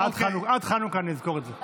עד חנוכה אני אזכור את זה.